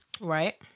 Right